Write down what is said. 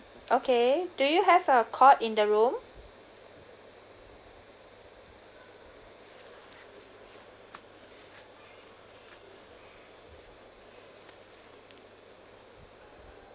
okay do you have a cot in the room